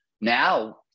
now